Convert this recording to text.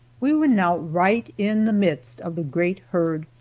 we were now right in the midst of the great herd,